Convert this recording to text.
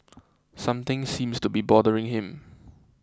something seems to be bothering him